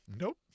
nope